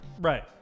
Right